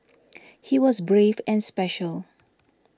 he was brave and special